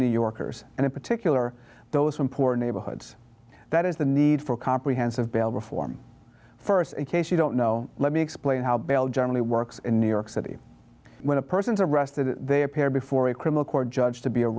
new yorkers and in particular those from poor neighborhoods that is the need for comprehensive bill reform first in case you don't know let me explain how bell generally works in new york city when a person is arrested they appear before a criminal court judge to be